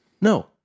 no